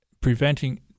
preventing